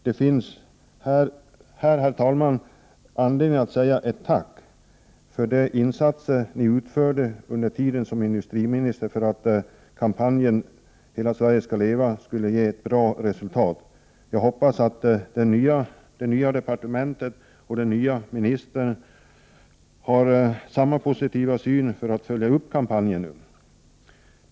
Det finns anledning att till herr talmannen säga ett tack för de insatser ni utförde under tiden som industriminister för att kampanjen ”Hela Sverige ska leva” skulle ge ett bra resultat. Jag hoppas att den nye ministern på industridepartementet har samma positiva inställning till att nu följa upp kampanjen.